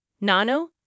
Nano